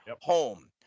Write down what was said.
home